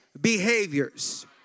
behaviors